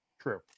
True